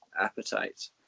appetite